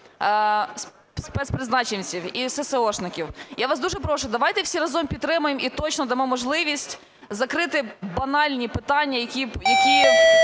спецпризначинців і сесеошників. Я вас дуже прошу, давайте всі разом підтримаємо і точно дамо можливість закрити банальні питання, які